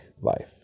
life